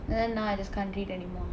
then now I just can't read anymore